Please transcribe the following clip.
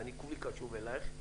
כולי קשוב אלייך,